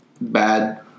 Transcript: bad